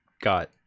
got